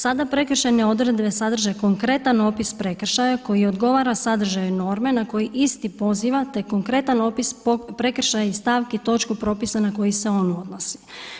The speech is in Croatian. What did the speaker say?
Sada prekršajne odredbe sadrže konkretan opis prekršaja koji odgovara sadržaju norme na koji isti poziva te konkretan opis prekršaja i stavki točku propisa na koji se on odnosi.